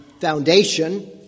foundation